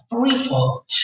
threefold